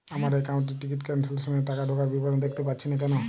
আমার একাউন্ট এ ticket cancellation এর টাকা ঢোকার বিবরণ দেখতে পাচ্ছি না কেন?